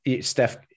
Steph